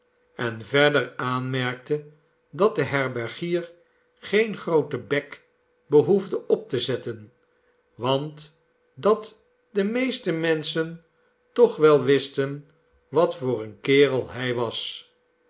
en verder aanmerkte dat de herbergier geen grooten bek behoefde op te zetten want dat de meeste menschen toch wel wisten wat voor een kerel hij was